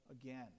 again